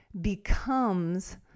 becomes